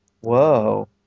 Whoa